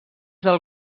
del